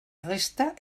resta